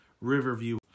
Riverview